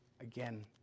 again